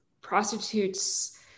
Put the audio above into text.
prostitutes